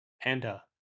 Panda